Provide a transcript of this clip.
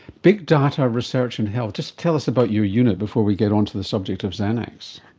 big data research in health. just tell us about your unit before we get onto the subject of xanax.